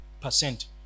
percent